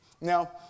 Now